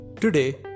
Today